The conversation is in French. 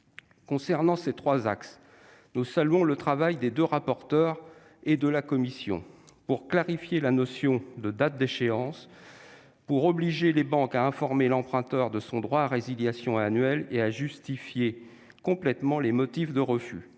Sur ces trois axes, nous saluons le travail réalisé par les deux rapporteurs et par la commission saisie au fond pour clarifier la notion de date d'échéance, obliger les banques à informer l'emprunteur de son droit à résiliation annuelle, à justifier complètement les motifs des refus